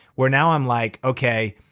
where now i'm like okay,